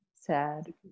Sad